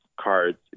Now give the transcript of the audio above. cards